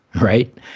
right